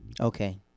okay